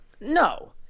no